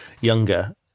younger